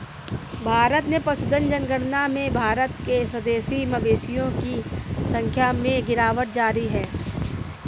भारत में पशुधन जनगणना में भारत के स्वदेशी मवेशियों की संख्या में गिरावट जारी है